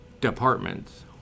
departments